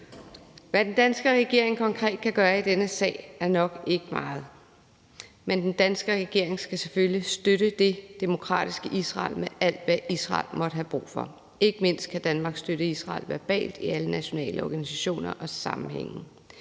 Hvad den danske regering konkret kan gøre i denne sag, er nok ikke meget, men den danske regering skal selvfølgelig støtte det demokratiske Israel med alt, hvad Israel måtte have brug for. Ikke mindst kan Danmarks støtte Israel verbalt i alle nationale organisationer og sammenhænge.